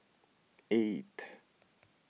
eight